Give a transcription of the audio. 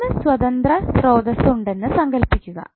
3 സ്വതന്ത്ര സ്രോതസ്സ് ഉണ്ടെന്ന് സങ്കൽപ്പിക്കുക